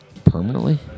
permanently